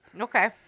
Okay